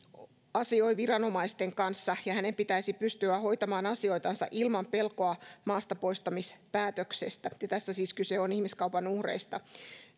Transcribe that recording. asioi viranomaisten kanssa ja hänen pitäisi pystyä hoitamaan asioitansa ilman pelkoa maastapoistamispäätöksestä ja tässä siis kyse on ihmiskaupan uhreista